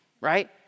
right